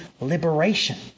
liberation